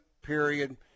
period